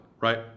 Right